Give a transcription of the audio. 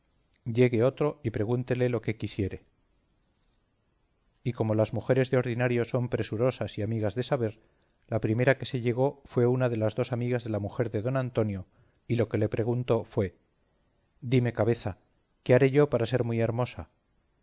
llegue otro y pregúntele lo que quisiere y como las mujeres de ordinario son presurosas y amigas de saber la primera que se llegó fue una de las dos amigas de la mujer de don antonio y lo que le preguntó fue dime cabeza qué haré yo para ser muy hermosa